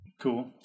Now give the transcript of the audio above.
Cool